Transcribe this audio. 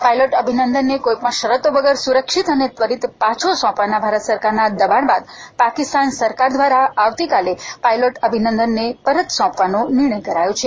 pilot અભિનંદનને કોઇપણ શરતો વગર સુરક્ષિત અને ત્વરિત પાછો સોંપવાના ભારત સરકારના દબાણ બાદ પાકિસ્તાન સરકાર દ્વારા આવતીકાલે પાઇલોટ અભિનંદનને પરત સોંપવાનો નિર્ણય કરાયો છે